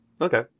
Okay